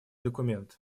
документ